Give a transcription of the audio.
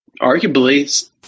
arguably